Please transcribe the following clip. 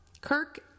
Kirk